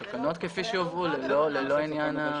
בתקנות שהובאו בפניו, ללא ההצעה של תומר.